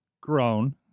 grown